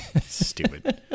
Stupid